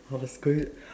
I was goo~